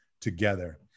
together